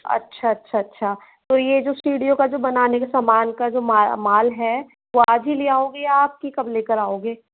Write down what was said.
अच्छा अच्छा अच्छा तो ये जो सीढ़ियों का जो बनाने का समान का जो मा माल है वो आज ही ले आओगे आप कि कब लेकर आओगे